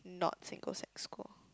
not single sex school